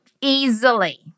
easily